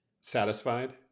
Satisfied